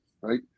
right